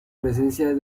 presencia